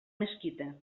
mesquita